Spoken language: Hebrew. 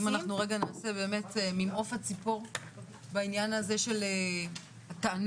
אם אנחנו נעשה באמת ממעוף הציפור בעניין הזה של הטענות,